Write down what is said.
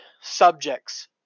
subjects